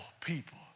people